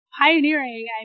pioneering